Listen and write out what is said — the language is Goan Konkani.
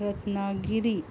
रत्नागिरी